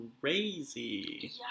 crazy